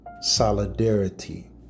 solidarity